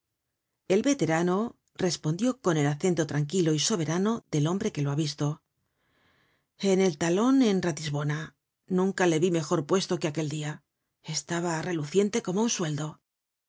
el veterano respondió con el acento tranquilo y soberano del hombre que lo ha visto en el talon en ratisbona nunca le vi mejor puesto que aquel dia estaba reluciente como un sueldo